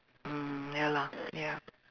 um ya lah ya